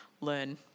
Learn